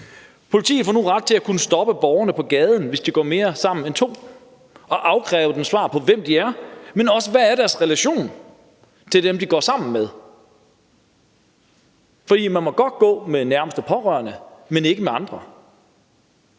Politiet får nu ret til at kunne stoppe borgerne på gaden, hvis de går mere end to sammen på gaden, og afkræve dem svar på, hvem de er, og også hvad deres relation er til dem, de går sammen med. For man må godt gå med nærmeste pårørende, men ikke med andre.